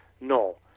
no